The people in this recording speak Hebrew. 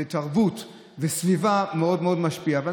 התרבות והסביבה מאוד מאוד משפיעות,